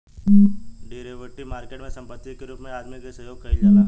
derivative market में संपत्ति के रूप में आदमी के सहयोग कईल जाला